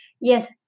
Yes